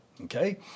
okay